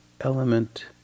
element